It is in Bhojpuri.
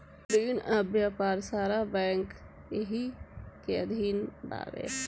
रिन आ व्यापार सारा बैंक सब एही के अधीन बावे